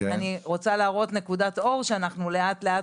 אני רוצה להראות נקודת אור שאנחנו לאט לאט